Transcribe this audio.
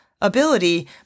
Ability